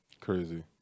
Crazy